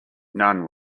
none